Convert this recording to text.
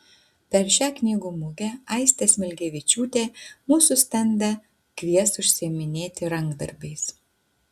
per šią knygų mugę aistė smilgevičiūtė mūsų stende kvies užsiiminėti rankdarbiais